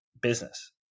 business